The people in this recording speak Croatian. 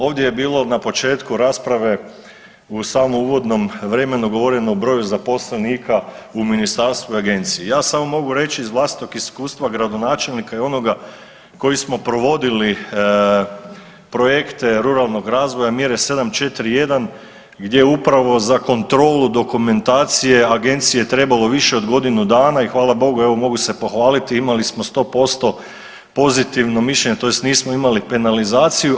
Ovdje je bilo na početku rasprave u samom uvodnom vremenu govoreno o broju zaposlenika u ministarstvu i agenciji, ja samo mogu reći iz vlastitog iskustva gradonačelnika i onoga koji smo provodili projekte ruralnog razvoja mjere 7.4.1. gdje upravo za kontrolu dokumentacije agenciji je trebalo više od godinu dana i hvala Bogu evo mogu se pohvaliti imali smo 100% pozitivno mišljenje tj. nismo imali penalizaciju.